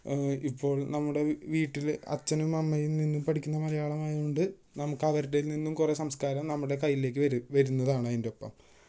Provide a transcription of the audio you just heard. ഇപ്പോള് നമ്മുടെ വീട്ടിൽ അച്ഛനും അമ്മയും നിന്ന് പഠിക്കുന്ന മലയാളം ആയതുകൊണ്ട് നമുക്ക് അവരുടേതില് നിന്നും കുറേ സംസ്കാരം നമ്മുടെ കയ്യിലേക്ക് വരും വരുന്നതാണ് അതിന്റെ ഒപ്പം